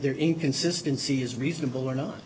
they're inconsistency is reasonable or not